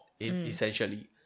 essentially